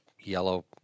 yellow